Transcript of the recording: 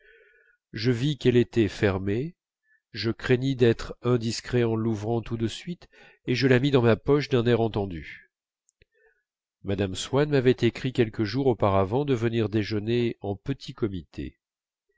je vis qu'elle était fermée je craignis d'être indiscret en l'ouvrant tout de suite et je la mis dans ma poche d'un air entendu mme swann m'avait écrit quelques jours auparavant de venir déjeuner en petit comité